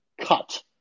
cut